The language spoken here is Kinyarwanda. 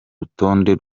rutonde